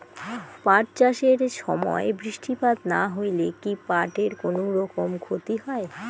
পাট চাষ এর সময় বৃষ্টিপাত না হইলে কি পাট এর কুনোরকম ক্ষতি হয়?